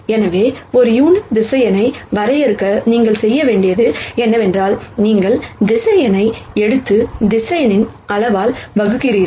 எனவே ஒரு unit vector வரையறுக்க நீங்கள் செய்ய வேண்டியது என்னவென்றால் நீங்கள் வெக்டர் எடுத்து வெக்டர் அளவால் வகுக்கிறீர்கள்